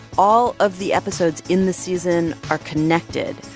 all of the episodes in this season are connected.